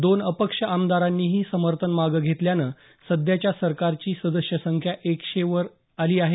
दोन अपक्ष आमदारांनीही समर्थन मागं घेतल्यानं सध्याच्या सरकारची सदस्य संख्या एकशे एक वर आली आहे